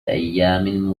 أيام